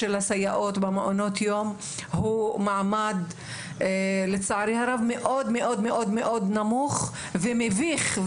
המעמד של הסייעות במעונות היום הוא מעמד מאוד-מאוד נמוך ומביך,